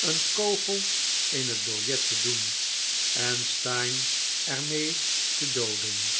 een kogel in het biljet te doen en steyne er mee te dooden